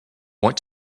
want